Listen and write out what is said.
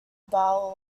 bowl